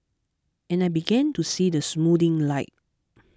and I began to see the soothing light